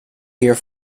here